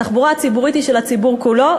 התחבורה הציבורית היא של הציבור כולו,